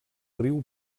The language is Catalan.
riu